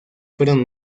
fueron